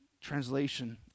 translation